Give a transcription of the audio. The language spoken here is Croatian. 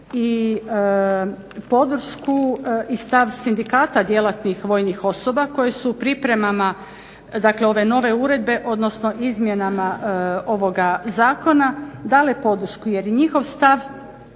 i podršku i stav Sindikata djelatnih vojnih osoba koje su u pripremama ove nove uredbe, odnosno izmjenama ovoga zakona dale podršku jer njihov stav